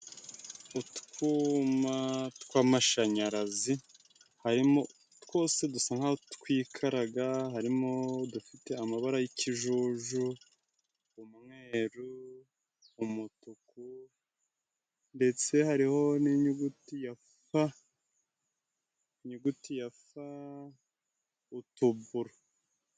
Utwuma tw'amashanyarazi harimo twose dusa nk'aho twikaraga harimo udufite amabara y'ikijuju, umweru, umutuku ndetse hariho n'inyuguti ya f inyuguti ya f ku tuburo.